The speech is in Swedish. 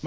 vid en kollision.